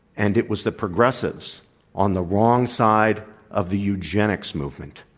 and it was the progressives on the wrong side of the eugenics movement,